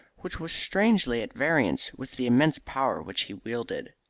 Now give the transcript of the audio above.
which was strangely at variance with the immense power which he wielded.